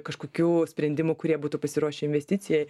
kažkokių sprendimų kurie būtų pasiruošę investicijai